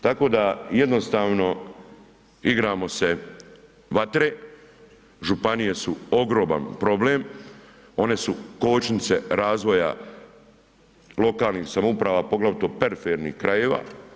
Tako da jednostavno igramo se vatre, županije su ogroman problem, one su kočnice razvoja lokalnih samouprava poglavito perifernih krajeva.